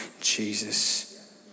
Jesus